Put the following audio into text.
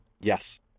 yes